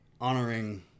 honoring